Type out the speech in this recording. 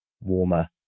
warmer